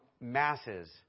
masses